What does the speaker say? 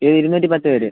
ഇത് ഇരുനൂറ്റി പത്ത് പേർ